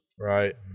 Right